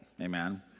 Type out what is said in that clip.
Amen